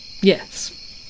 Yes